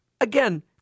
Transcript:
again